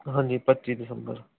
ਹਾਂਜੀ ਪੱਚੀ ਦਿਸੰਬਰ